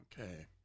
Okay